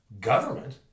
government